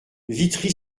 vitry